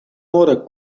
water